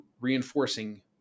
reinforcing